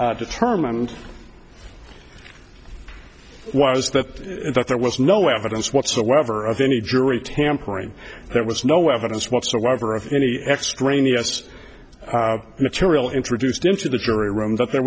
determined was that there was no evidence whatsoever of any jury tampering there was no evidence whatsoever of any extraneous material introduced into the jury room that there